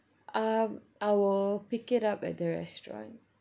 um I will pick it up at the restaurant